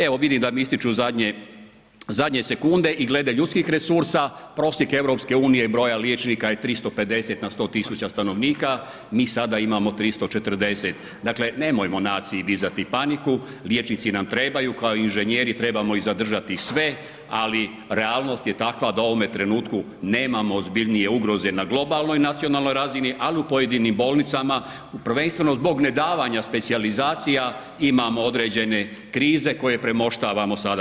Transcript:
Evo vidim da mi ističu zadnje, zadnje sekunde i glede ljudskih resursa, prosjek EU i broja liječnika je 350 na 100 000 stanovnika, mi sada imamo 340, dakle nemojmo naciji dizati paniku, liječnici nam trebaju, kao i inženjeri, trebamo ih zadržati sve, ali realnost je takva da u ovome trenutku nemamo ozbiljnije ugroze na globalnoj nacionalnoj razini, ali u pojedinim bolnicama, prvenstveno zbog nedavanja specijalizacija imamo određene krize koje premoštavamo sada.